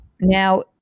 Now